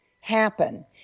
happen